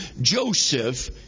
Joseph